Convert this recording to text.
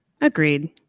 Agreed